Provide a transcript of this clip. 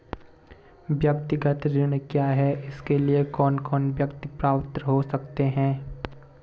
व्यक्तिगत ऋण क्या है इसके लिए कौन कौन व्यक्ति पात्र हो सकते हैं?